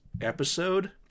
episode